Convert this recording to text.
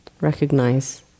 recognize